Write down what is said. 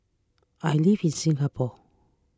I live in Singapore